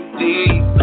deep